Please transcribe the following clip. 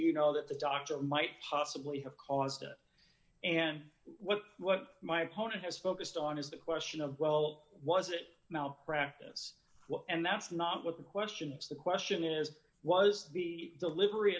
you know that the doctor might possibly have caused it and what my opponent has focused on is the question of well was it now practice and that's not what the question is the question is was the delivery